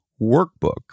Workbook